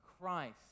Christ